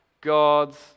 God's